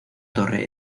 torre